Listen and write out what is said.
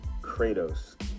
Kratos